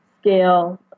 scale